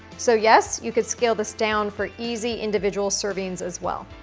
so yes, you could scale this down for easy, individual servings as well.